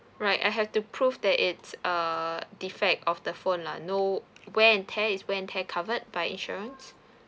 right I have to prove that it's err defect of the phone lah no wear and tear is wear and tear covered by insurance